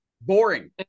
boring